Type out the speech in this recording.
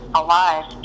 alive